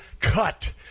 cut